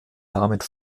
damit